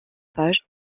page